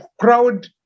crowd